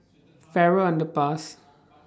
Farrer Underpass